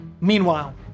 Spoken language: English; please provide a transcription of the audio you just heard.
Meanwhile